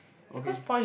okay